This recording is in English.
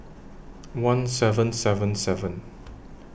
one seven seven seven